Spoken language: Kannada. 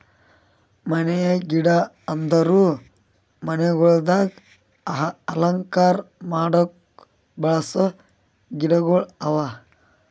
ಮನೆಯ ಗಿಡ ಅಂದುರ್ ಮನಿಗೊಳ್ದಾಗ್ ಅಲಂಕಾರ ಮಾಡುಕ್ ಬೆಳಸ ಗಿಡಗೊಳ್ ಅವಾ